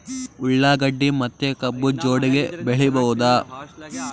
ಉಳ್ಳಾಗಡ್ಡಿ ಮತ್ತೆ ಕಬ್ಬು ಜೋಡಿಲೆ ಬೆಳಿ ಬಹುದಾ?